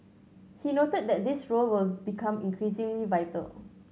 he noted that this role will become increasingly vital